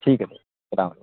ٹھیک ہے بھئی سلام علیکم